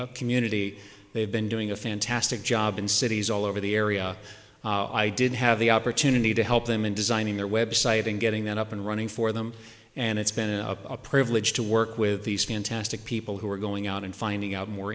healthy community they've been doing a fantastic job in cities all over the area i didn't have the opportunity to help them in designing their website and getting that up and running for them and it's been a privilege to work with these fantastic people who are going out and finding out more